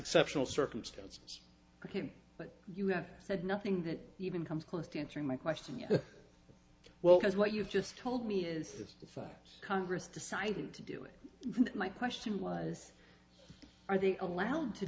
exceptional circumstances became but you have said nothing that even comes close to answering my question you well because what you've just told me is the fact congress decided to do it my question was are they allowed to